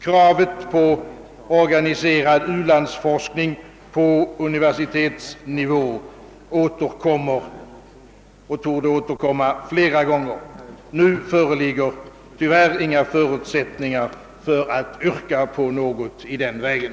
Kravet på organiserad u-landsforskning på universitetsnivå torde återkomma flera gånger. Nu föreligger tyvärr inga förutsättningar för att yrka på något i den vägen.